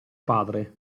padre